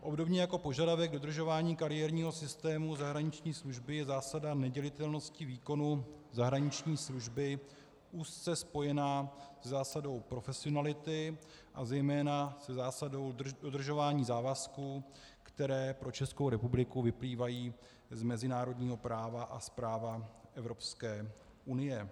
Obdobně jako požadavek dodržování kariérního systému zahraniční služby je zásada nedělitelnosti výkonu zahraniční služby úzce spojena se zásadou profesionality a zejména se zásadou udržování závazků, které pro Českou republiku vyplývají z mezinárodního práva a z práva Evropské unie.